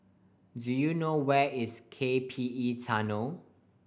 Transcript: do you know where is K P E Tunnel